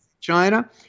China